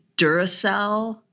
Duracell